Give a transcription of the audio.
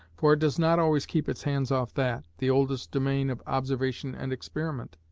for it does not always keep its hands off that, the oldest domain of observation and experiment?